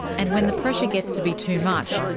and when the pressure gets to be too much,